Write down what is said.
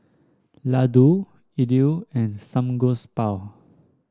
Ladoo Idili and Samgeyopsal